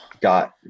got